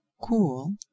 cool